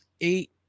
eight